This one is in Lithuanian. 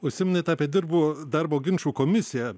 užsiminėte apie dirbu darbo ginčų komisiją